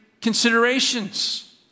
considerations